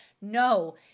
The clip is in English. no